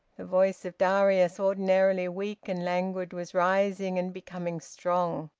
the voice of darius, ordinarily weak and languid, was rising and becoming strong.